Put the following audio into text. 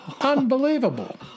Unbelievable